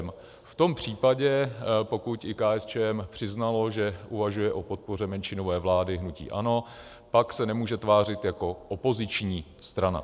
V tom případě, pokud i KSČM přiznalo, že uvažuje o podpoře menšinové vlády hnutí ANO, pak se nemůže tvářit jako opoziční strana.